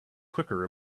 quicker